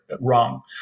wrong